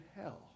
hell